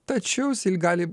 tačiau jisai gali